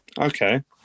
Okay